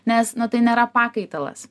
nes nu tai nėra pakaitalas